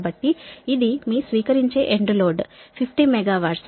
కాబట్టి ఇది మీ స్వీకరించే ఎండ్ లోడ్ 50 మెగావాట్లు